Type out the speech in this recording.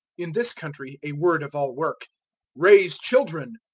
in this country a word-of-all-work raise children,